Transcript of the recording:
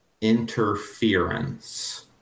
interference